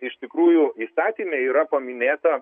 iš tikrųjų įstatyme yra paminėta